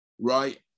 right